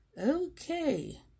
Okay